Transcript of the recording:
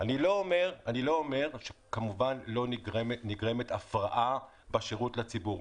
אני לא אומר שלא נגרמת הפרעה בשירות לציבור.